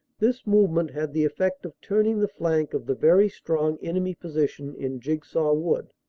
this move ment had the effect of turning the flank of the very strong enemy position in jigsaw wood,